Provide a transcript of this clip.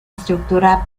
estructura